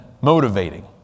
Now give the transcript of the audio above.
motivating